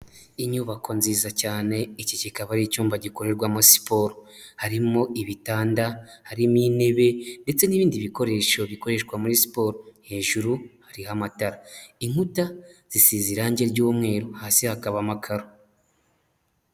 Inyubako nziza cyane, iki kikaba ari icyumba gikorerwamo siporo, harimo ibitanda, harimo intebe ndetse n'ibindi bikoresho bikoreshwa muri siporo, hejuru hariho amatara, inkuta zisize irangi ry'umweru, hasi hakaba amakaro.